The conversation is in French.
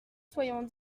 soyons